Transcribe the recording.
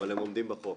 אבל הם עומדים בחוק,